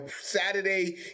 Saturday